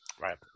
right